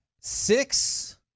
Six